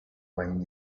when